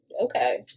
Okay